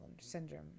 Syndrome